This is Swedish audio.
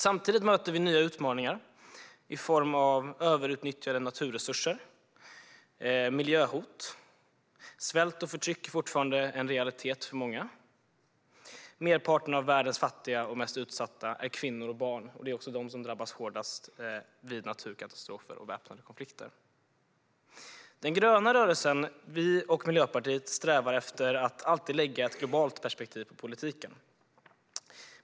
Samtidigt möter vi nya utmaningar i form av överutnyttjade naturresurser och miljöhot. Svält och förtryck är fortfarande en realitet för många. Merparten av världens fattiga och mest utsatta är kvinnor och barn. Det är också de som drabbas hårdast vid naturkatastrofer och väpnade konflikter. Den gröna rörelsen och Miljöpartiet strävar efter att alltid lägga ett globalt perspektiv på politiken.